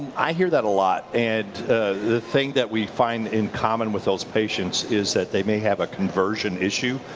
i hear that a lot. and the thing that we find in common with those patients is that they may have a conversion issue.